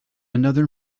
another